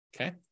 Okay